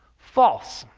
false.